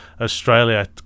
australia